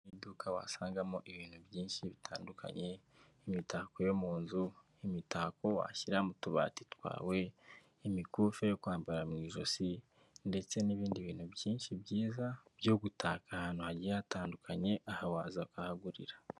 Mu iduka wasangamo ibintu byinshi bitandukanye nk'imitako yo mu nzu, imitako washyira mu tubati twawe, imikufi yo kwambara mu ijosi, ndetse n'ibindi bintu byinshi byiza byo gutaka ahantu hagiye hatandukanye aha waza ukahagurira.